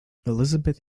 elizabeth